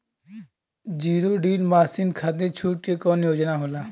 Zero till machine खाती छूट के कवन योजना होला?